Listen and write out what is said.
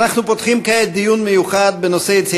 אנחנו פותחים כעת דיון מיוחד בנושא: ציון יום